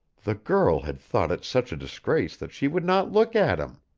the girl had thought it such a disgrace that she would not look at him!